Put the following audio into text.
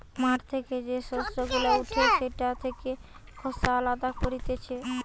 মাঠ থেকে যে শস্য গুলা উঠে সেটা থেকে খোসা আলদা করতিছে